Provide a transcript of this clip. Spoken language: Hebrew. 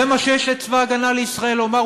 זה מה שיש לצבא ההגנה לישראל לומר?